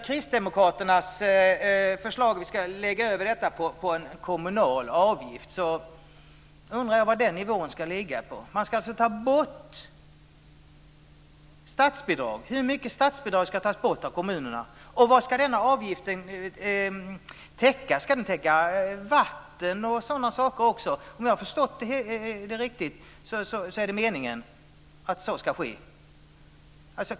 Kristdemokraterna föreslår att vi ska lägga över det på en kommunal avgift. Jag undrar var nivån ska ligga på. Man ska alltså ta bort statsbidrag. Hur mycket statsbidrag ska tas bort från kommunerna? Vad ska denna avgift täcka? Ska den täcka också vatten och sådana saker? Om jag har förstått det rätt är det meningen att så ska ske.